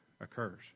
occurs